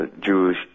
Jewish